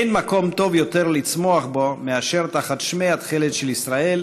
אין מקום טוב יותר לצמוח בו מאשר תחת שמי התכלת של ישראל,